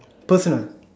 personal